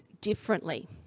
differently